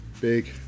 big